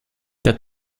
der